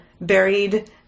buried